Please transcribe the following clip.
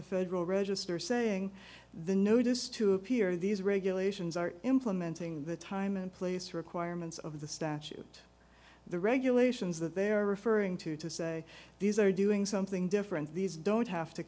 the federal register saying the notice to appear these regulations are implementing the time and place requirements of the statute the regulations that they're referring to to say these are doing something different these don't have to